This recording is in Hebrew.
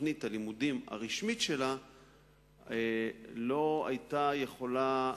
בתוכנית הלימודים הרשמית שלה, לא היתה יכולה